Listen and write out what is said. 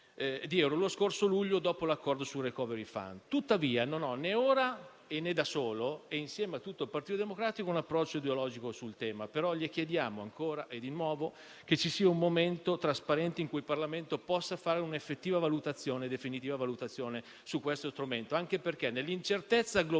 lo scorso luglio dopo l'accordo sul *recovery fund.* Tuttavia, non ho né ora e né da solo, e insieme a tutto il Partito Democratico, un approccio ideologico sul tema. Però le chiediamo di nuovo che ci sia un momento trasparente in cui il Parlamento possa fare un'effettiva e definitiva valutazione su questo strumento.